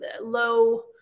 low